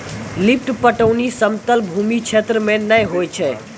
lift पटौनी समतल भूमी क्षेत्र मे नै होय छै